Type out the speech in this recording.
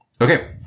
Okay